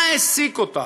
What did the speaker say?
מה העסיק אותה,